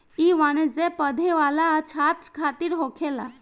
ई वाणिज्य पढ़े वाला छात्र खातिर होखेला